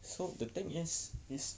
so the thing is is